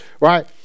right